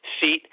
seat